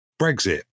Brexit